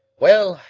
well,